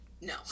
no